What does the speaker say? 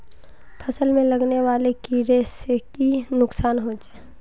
फसल में लगने वाले कीड़े से की नुकसान होचे?